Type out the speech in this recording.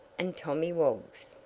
and tommy woggs.